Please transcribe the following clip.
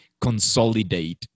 consolidate